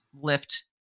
lift